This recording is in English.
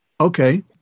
Okay